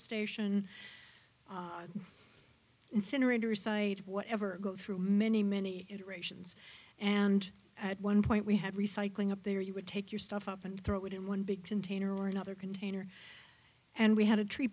station incinerators site of whatever go through many many iterations and at one point we had recycling up there you would take your stuff up and throw it in one big container or another container and we had a tree